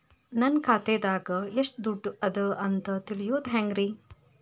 ನನ್ನ ಖಾತೆದಾಗ ಎಷ್ಟ ದುಡ್ಡು ಅದ ಅಂತ ತಿಳಿಯೋದು ಹ್ಯಾಂಗ್ರಿ?